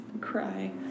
Cry